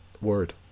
word